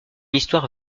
histoire